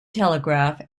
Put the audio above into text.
telegraph